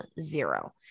zero